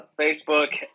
Facebook